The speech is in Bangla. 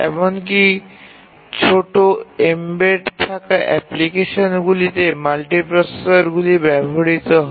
এমনকি ছোট এম্বেড থাকা অ্যাপ্লিকেশনগুলিতে মাল্টিপ্রসেসরগুলি ব্যবহৃত হয়